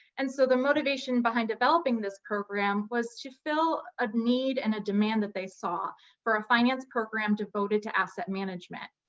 and so the motivation behind developing this program was to fill a need and a demand that they saw for a finance program devoted to asset management.